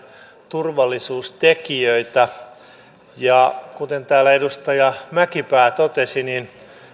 turvallisuustekijöitä ja kuten täällä edustaja mäkipää totesi niin